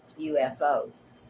UFOs